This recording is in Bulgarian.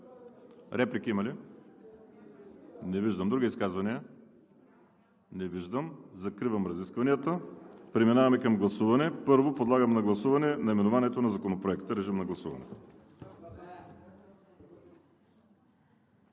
Реплики има ли? Не виждам. Други изказвания? Не виждам. Закривам разискванията. Преминаваме към гласуване. Първо подлагам на гласуване наименованието на Законопроекта. Гласували